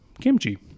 kimchi